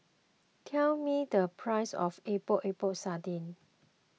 tell me the price of Epok Epok Sardin